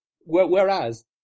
whereas